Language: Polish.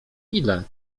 ile